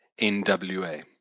NWA